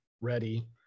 ready